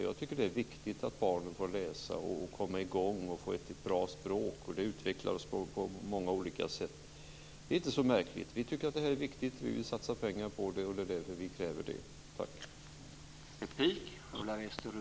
Jag tycker att det är viktigt att barnen får läsa och att de får ett bra språk. Det utvecklar oss på många olika sätt. Det är inte så märkligt. Vi tycker att detta är viktigt. Vi vill satsa pengar på det. Det är därför vi ställer våra krav.